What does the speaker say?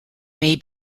may